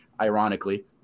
Ironically